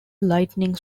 lightning